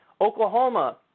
Oklahoma